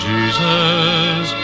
Jesus